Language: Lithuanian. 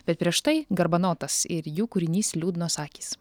bet prieš tai garbanotas ir jų kūrinys liūdnos akys